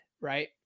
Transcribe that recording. Right